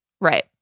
Right